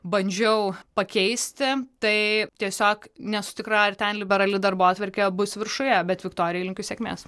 bandžiau pakeisti tai tiesiog nesu tikra ar ten liberali darbotvarkė bus viršuje bet viktorijai linkiu sėkmės